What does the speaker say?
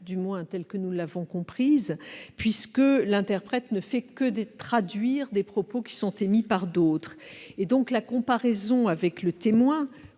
du moins telle que nous l'avons comprise, puisque l'interprète ne fait que traduire des propos émis par d'autres. La comparaison avec le témoin,